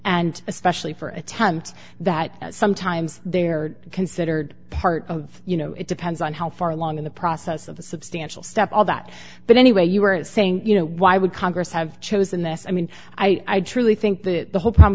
and especially for attempt that sometimes they're considered part of you know it depends on how far along in the process of a substantial step all that but anyway you were saying you know why would congress have chosen this i mean i truly think that the whole pro